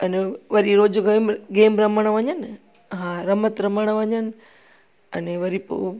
अन वरी रोज़ु गेम गेम रमणु वञनि हा रमत रमणु वञनि अने वरी पोइ